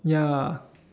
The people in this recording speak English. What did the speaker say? ya